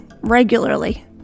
regularly